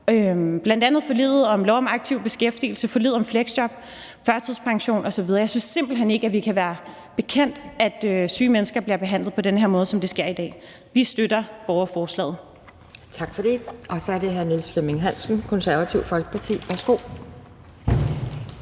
bl.a. forliget om lov om aktiv beskæftigelse, forliget om fleksjob, førtidspension osv. Jeg synes simpelt hen ikke, vi kan være bekendt, at syge mennesker bliver behandlet på den her måde, som det sker i dag. Vi støtter borgerforslaget.